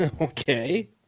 Okay